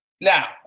Now